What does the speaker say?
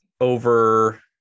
over